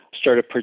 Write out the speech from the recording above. started